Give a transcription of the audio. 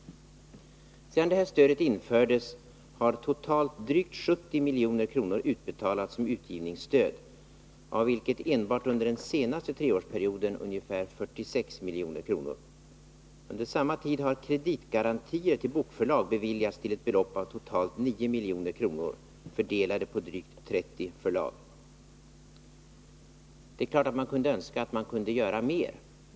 Sedan stödet infördes har totalt drygt 70 milj.kr. utbetalats som utgivningsstöd, varav enbart under den senaste treårsperioden ungefär 46 milj.kr. Under samma tid har kreditgarantier till bokförlag beviljats till ett belopp av totalt 9 milj.kr., fördelat på drygt 30 förlag. Det är klart att man kunde önska att man kunde göra mer.